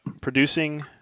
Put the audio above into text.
producing